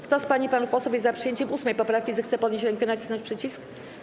Kto z pań i panów posłów jest przyjęciem 8. poprawki, zechce podnieść rękę i nacisnąć przycisk.